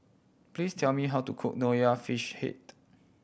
please tell me how to cook Nonya Fish Head